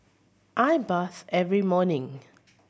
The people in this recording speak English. I bath every morning